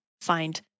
find